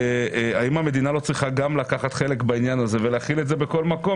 והאם המדינה לא צריכה גם לקחת חלק בעניין הזה ולהחיל את זה בכל מקום.